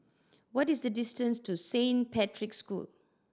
what is the distance to Saint Patrick's School